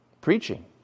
preaching